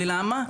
למה?